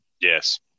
Yes